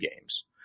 games